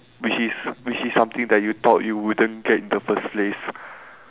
which is which is something that you thought you wouldn't get in the first place